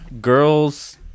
girls